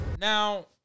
Now